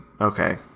okay